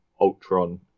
Ultron